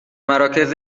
مراکز